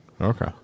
Okay